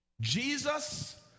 Jesus